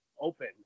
open